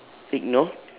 ignore